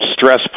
stress